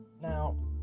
Now